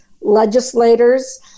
legislators